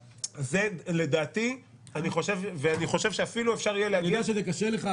אני חושב שאפילו אפשר יהיה להגיע --- אני יודע שזה קשה לך,